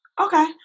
Okay